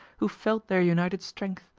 who felt their united strength,